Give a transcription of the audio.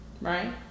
right